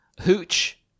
hooch